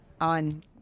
on